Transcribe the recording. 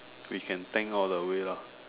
we can tank all the way lah